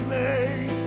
name